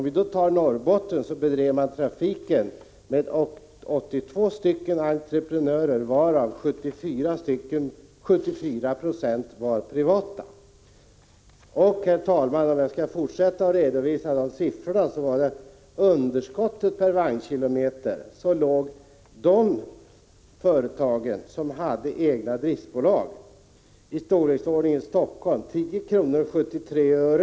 I Norrbotten bedrev man trafiken med 82 entreprenörer, varav 74 Jo var privata. Om jag, herr talman, får fortsätta att redovisa siffror, kan jag nämna att underskottet per vagnkilometer för de företag som hade egna driftbolag i Helsingfors var 10:73 kr.